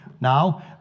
Now